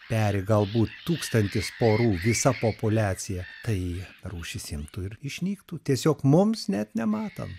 peri galbūt tūkstantis porų visa populiacija tai rūšys imtų ir išnyktų tiesiog mums net nematant